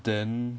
then